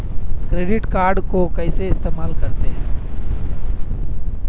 Credit card को इस्तेमाल कैसे करते हैं?